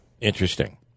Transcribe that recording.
interesting